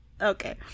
Okay